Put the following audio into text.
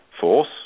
force